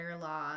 law